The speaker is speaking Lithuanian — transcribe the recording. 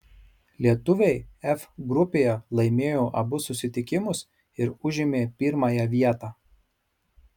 lietuviai f grupėje laimėjo abu susitikimus ir užėmė pirmąją vietą